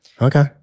Okay